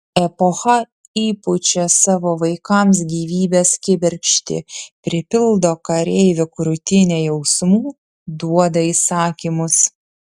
epocha įpučia savo vaikams gyvybės kibirkštį pripildo kareivio krūtinę jausmų duoda įsakymus